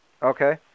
Okay